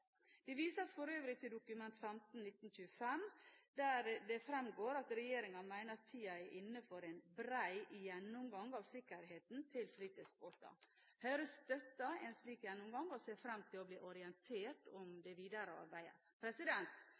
Det vises for øvrig til Dokument 15:1925 for 2010–2011, der det fremgår at regjeringen mener at tiden er inne for en «bred gjennomgang av sikkerheten til fritidsbåter». Høyre støtter en slik gjennomgang og ser fram til å bli orientert om det videre arbeidet.